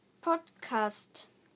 Podcast